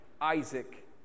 Isaac